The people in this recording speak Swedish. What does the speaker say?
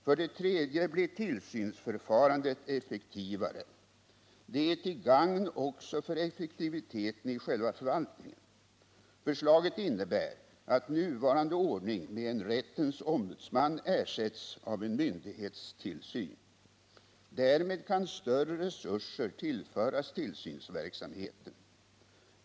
För det tredje blir tillsynsförfarandet effektivare. Detta är till gagn även för effektiviteten i själva förvaltningen. Förslaget innebär att nuvarande ordning med en rättens ombudsman ersätts av en myndighetstillsyn. Därmed kan större resurser tillföras tillsynsverksamheten.